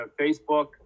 facebook